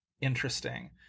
Interesting